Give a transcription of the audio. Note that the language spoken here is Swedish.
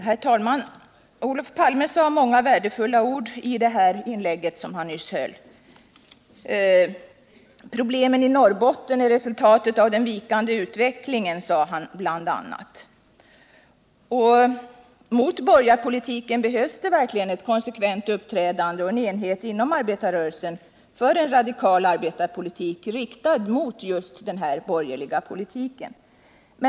Herr talman! Olof Palme sade många värdefulla ord i det anförande som han nyss höll. Problemen i Norrbotten är resultatet av en vikande utveckling, sade han bl.a. Mot borgarpolitiken behövs det verkligen ett konsekvent uppträdande och en enighet inom arbetarrörelsen för en radikal arbetarpolitik, riktad mot just den borgerliga politiken.